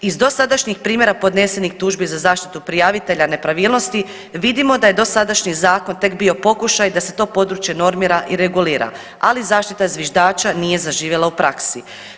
Iz dosadašnjih primjera podnesenih tužbi za zaštitu prijavitelja nepravilnosti vidimo da je dosadašnji zakon tek bio pokušaj da se to područje normira i regulira, ali zaštita zviždača nije zaživjela u praksi.